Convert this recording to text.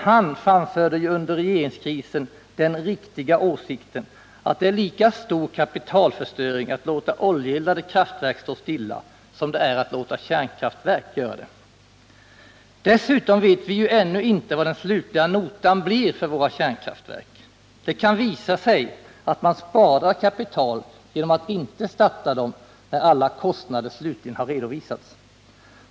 han framförde ju under regeringskrisen den riktiga åsikten att det är lika stor kapitalförstöring att låta oljeeldade kraftverk stå stilla som det är att låta kärnkraftverk göra det. Dessutom vet vi ännu inte vad den slutliga notan blir för våra kärnkraftverk. Det kan visa sig att man sparar kapital genom att inte starta dem, när alla kostnader slutligen redovisats.